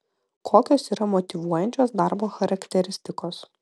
kokios yra motyvuojančios darbo charakteristikos